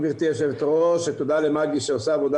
היושבת-ראש ותודה למגי שעושה עבודה